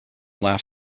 laugh